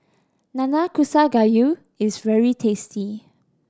Nanakusa Gayu is very tasty